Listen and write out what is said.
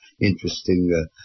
interesting